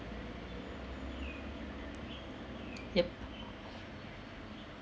yup